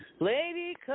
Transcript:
Lady